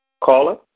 Caller